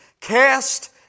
Cast